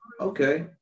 Okay